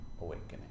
awakening